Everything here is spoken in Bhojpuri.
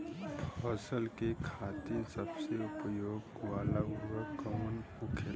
फसल के खातिन सबसे उपयोग वाला उर्वरक कवन होखेला?